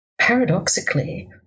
paradoxically